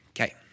Okay